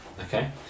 Okay